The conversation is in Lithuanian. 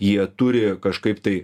jie turi kažkaip tai